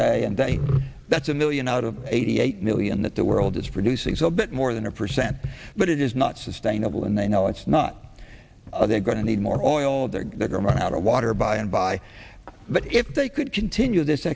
day and that's a million out of eighty eight million that the world is producing so bit more than a percent but it is not sustainable and they know it's not they're going to need more all their grandmother out of water by and by but if they could continue this